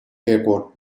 airport